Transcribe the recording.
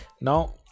Now